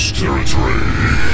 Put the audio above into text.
territory